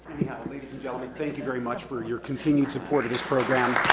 ladies and gentleman thank you very much for your continued support of this program